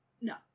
no